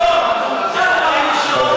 שב, שב.